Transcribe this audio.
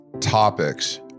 topics